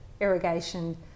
irrigation